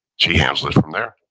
she handles this from there.